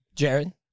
Jared